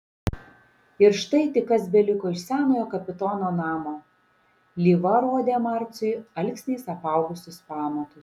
ir štai tik kas beliko iš senojo kapitono namo lyva rodė marciui alksniais apaugusius pamatus